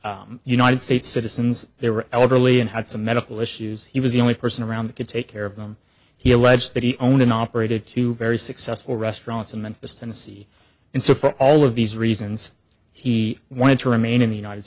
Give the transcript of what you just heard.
united states citizens they were elderly and had some medical issues he was the only person around that could take care of them he alleged that he owned and operated two very successful restaurants in memphis tennessee and so for all of these reasons he wanted to remain in the united